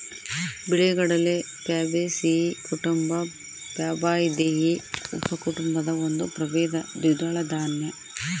ಬಿಳಿಗಡಲೆ ಪ್ಯಾಬೇಸಿಯೀ ಕುಟುಂಬ ಪ್ಯಾಬಾಯ್ದಿಯಿ ಉಪಕುಟುಂಬದ ಒಂದು ಪ್ರಭೇದ ದ್ವಿದಳ ದಾನ್ಯ